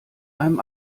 einem